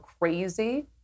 crazy